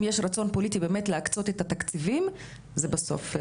אם יש רצון פוליטי באמת להקצות את התקציבים זה בסוף.